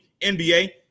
NBA